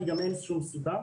כי גם אין שום סיבה,